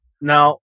Now